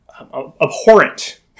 abhorrent